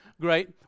Great